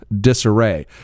disarray